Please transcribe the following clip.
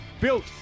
built